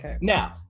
Now